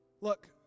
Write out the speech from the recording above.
Look